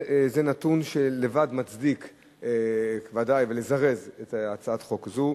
זה נתון שלבדו מצדיק ודאי לזרז את הצעת החוק הזאת.